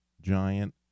giant